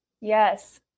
yes